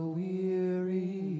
weary